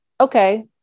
okay